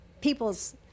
people's